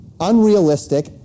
unrealistic